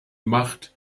macht